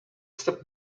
step